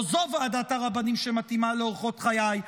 או: זו ועדת הרבנים שמתאימה לאורחות חיי,